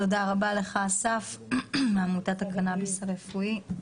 תודה רבה לך אסף, מעמותת הקנאביס הרפואי.